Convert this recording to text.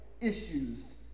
issues